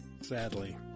sadly